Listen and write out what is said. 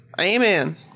Amen